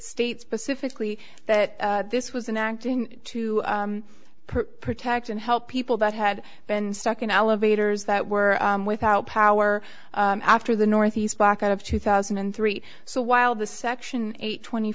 states pacifically that this was an act in to protect and help people that had been stuck in elevators that were without power after the northeast blackout of two thousand and three so while the section eight twenty